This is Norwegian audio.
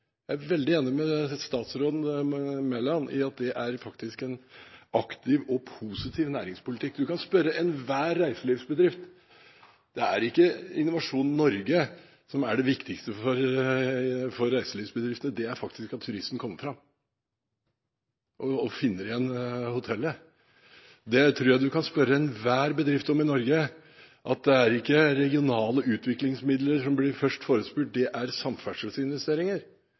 Jeg er veldig enig med statsråd Mæland i at det faktisk er en aktiv og positiv næringspolitikk. Du kan spørre enhver reiselivsbedrift. Det er ikke Innovasjon Norge som er det viktigste for reiselivsbedriftene, det er faktisk at turistene kommer fram og finner igjen hotellet. Det tror jeg du kan spørre enhver bedrift om i Norge. Det er ikke regionale utviklingsmidler som blir etterspurt først, det er samferdselsinvesteringer.